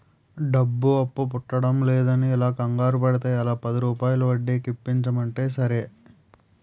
డబ్బు అప్పు పుట్టడంలేదని ఇలా కంగారు పడితే ఎలా, పదిరూపాయల వడ్డీకి ఇప్పించమంటే సరే